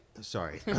sorry